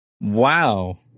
wow